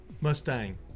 Mustang